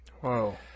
Whoa